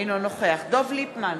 אינו נוכח דב ליפמן,